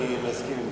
אני מסכים אתך.